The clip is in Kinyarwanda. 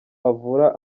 avura